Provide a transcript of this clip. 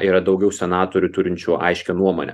ra daugiau senatorių turinčių aiškią nuomonę